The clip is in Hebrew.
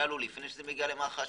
לפני שזה מגיע למח"ש?